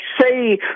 say